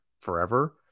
forever